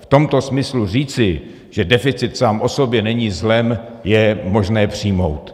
V tomto smyslu říci, že deficit sám o sobě není zlem, je možné přijmout.